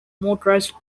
motorized